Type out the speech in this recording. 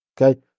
Okay